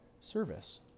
service